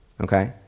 okay